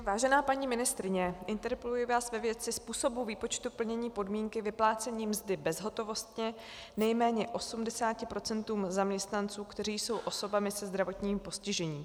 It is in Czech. Vážená paní ministryně, interpeluji vás ve věci způsobu výpočtu plnění podmínky vyplácení mzdy bezhotovostně nejméně 80 % zaměstnanců, kteří jsou osobami se zdravotním postižením.